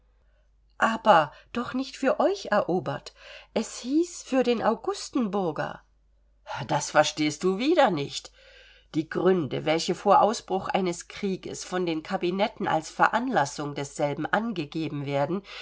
aber doch nicht für euch erobert es hieß für den augustenburger das verstehst du wieder nicht die gründe welche vor ausbruch eines krieges von den kabinetten als veranlassung desselben angegeben werden